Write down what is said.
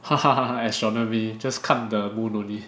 astronomy just 看 the moon only